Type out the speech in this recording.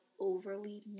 overly